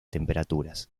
temperaturas